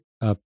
up